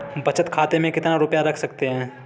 बचत खाते में कितना रुपया रख सकते हैं?